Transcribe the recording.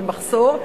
במחסור,